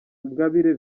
ingabire